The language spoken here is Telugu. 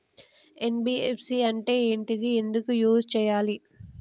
ఎన్.బి.ఎఫ్.సి అంటే ఏంటిది ఎందుకు యూజ్ చేయాలి?